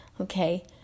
okay